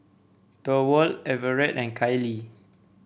Thorwald Everett and Kylie